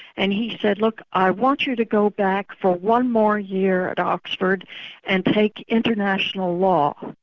and he said, look, i want you to go back for one more year at oxford and take international law',